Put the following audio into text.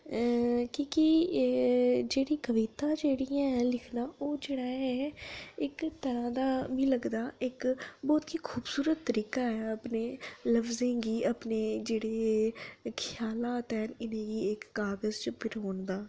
क्योंकि ऐ जेह्ड़ी कविता ऐ ओह् लिखना जेह्ड़ा इक मिगी लगदा बहुत खूबसूरत तरीका ऐ अपने लफ्जें गी अपने जेह्ड़े ख्याल ते इनेंगी इक कागज च परोंदा